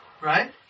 Right